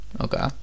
okay